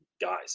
guys